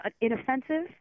inoffensive